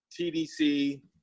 TDC